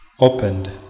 opened